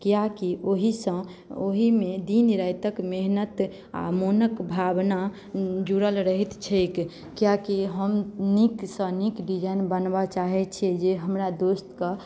किआकि ओहीसँ ओहीमे दिन रातिक मेहनत आ मोनक भावना जुड़ल रहैत छैक किआकि हम नीकसँ नीक डिजाइन बनबय चाहैत छियै जे हमरा दोस्तकेँ